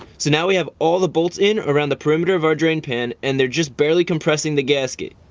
so now we have all the bolts in around the perimeter of our drain pan, and they're just barely compressing the gasket.